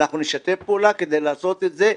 אנחנו נשתף פעולה כדי לעשות את זה,